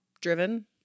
driven